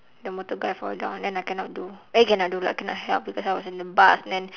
the motor guy fall down and then I cannot do eh cannot do pula cannot help because I was in the bus then